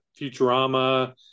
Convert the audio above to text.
Futurama